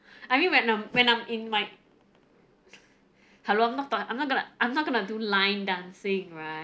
I mean when I'm when I'm in my hello I'm not I'm not gonna I'm not gonna do line dancing right